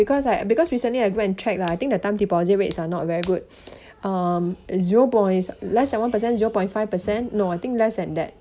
because like because recently I go and check lah I think the term deposit rates are not very good um a zero point less than one percent zero point five percent no I think less than that